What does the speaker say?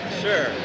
sure